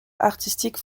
artistique